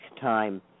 time